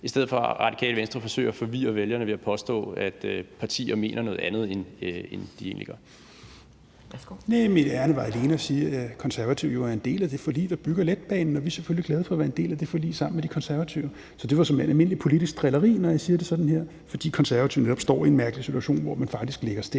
i stedet for at Radikale Venstre forsøger at forvirre vælgerne ved at påstå, at partier mener noget andet, end de egentlig gør. Kl. 10:28 Anden næstformand (Pia Kjærsgaard): Værsgo. Kl. 10:28 Rasmus Helveg Petersen (RV): Næh, mit ærinde var alene at sige, at Konservative jo er en del af det forlig, der bygger letbanen, og vi er selvfølgelig glade for at være en del af det forlig sammen med De Konservative. Så det var såmænd almindelig politisk drilleri, når jeg siger det sådan her, fordi Konservative netop står i en mærkelig situation, hvor man faktisk lægger stemmer